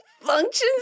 functions